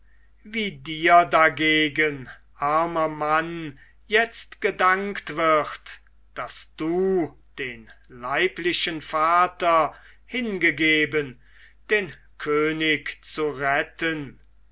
wie dir dagegen armer mann jetzt gedankt wird daß du den leiblichen vater hingegeben den könig zu retten